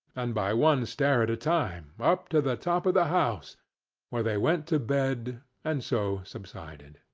and by one stair at a time, up to the top of the house where they went to bed, and so subsided.